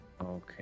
Okay